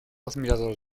admirador